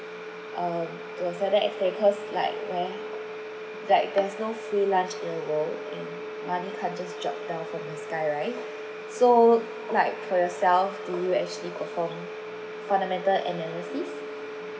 um it was like that expected cause like where like there's no free lunch in the world and money can't just drop down from the sky right so like for yourself do you actually perform fundamental analysis